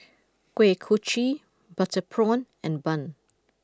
Kuih Kochi Butter Prawn and Bun